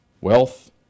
Wealth